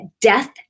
death